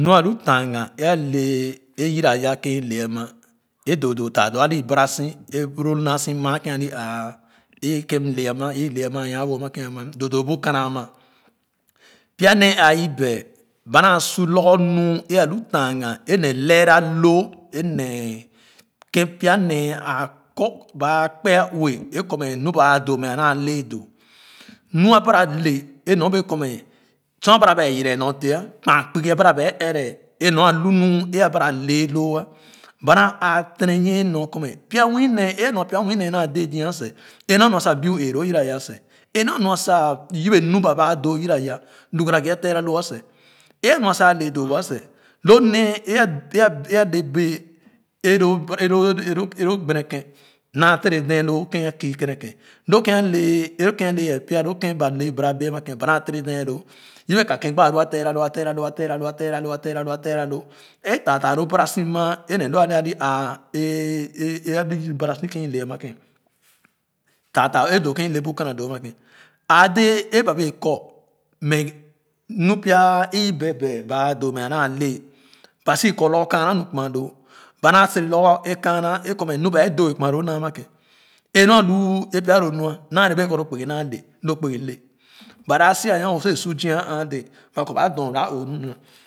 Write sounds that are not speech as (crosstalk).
Nu alu tanga eˉ alɛɛ a yoraya ken eˉ le ama eˉ doo doo taaloo aloo bara so eˉ bu loo naa si maa ke'n alo aa (unintelligible) doodoo bu kana anya pya nee a ibee ba naa su lorgor eˉ alu tanga eˉne leera loo eˉ nee ke'n pya nee a kɔ ba kpea ue eˉ kɔ mɛ nu ba a doo mɛ a naa le doo nu a bara le eˉ nyorbee kɔmɛ sor a bara ba yora nyor teh kpaa kpugo a bara ba ɛrɛ eˉ nua lunu eˉ a bara lɛɛ loo ba naa a tene nyoe nor kɔ mɛ pya nwii nee eˉ a nua pya nwii nee naa de'ˉsoa eˉ lu amua sa biu ee loo yoraya a seh, eˉ la nua sa yebe nor ba ba doo yoraya lu gara goh a tera loo seh eˉ alu nua sa a le doo woa seh lo nee (unintelligible) a le bee uahab æˉ ale bee (unintelligible) lo gbene ke'n naa tere dee loo (hesitation) ken' a kii kenekèn lo kèn kee eˉ lo ken' ale ye lo ken' ba le barabee ama ke'n ba naa ture dee loo yebe ka ke'n gbaa nu a tera loo a fera loo a fera loo a tera loo a fera loo e taata lo bara so̍ maa e le loo lo al'o a biri bara so (noise) ken̍ o lem ama ken̍ taata eˉ doo ke'n i' nle bu kana doo anaa ke'n aa dee eˉ baa bee kɔ mɛ nu pya eˉ beebee ba doo mɛ a naa le ba so kɔ lorgor kaana kɔ mɛ nu ba doo eh kuma loo naa maa ke'n e nu a lo pya lu nu naa le bee kɔ lo kpugi naale lukpugi le ba da so a nyaa wo se su zia a aa dee bu kɔ ba doo ba oonu